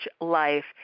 life